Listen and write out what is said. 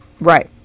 Right